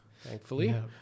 thankfully